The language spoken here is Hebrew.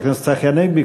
חבר הכנסת צחי הנגבי,